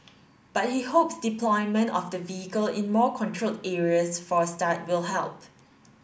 but he hopes deployment of the vehicle in more controlled areas for a start will help